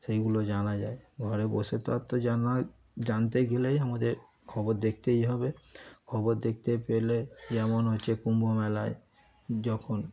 সেগুলো জানা যায় ঘরে বসে তো আর তো জানা জানতে গেলেই আমাদের খবর দেখতেই হবে খবর দেখতে পেলে যেমন হচ্ছে কুম্ভ মেলায় যখন